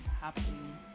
happening